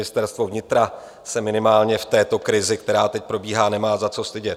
Ministerstvo vnitra se minimálně v této krizi, která teď probíhá, nemá za co stydět.